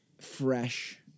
fresh